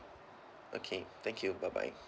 okay thank you bye bye